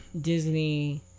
Disney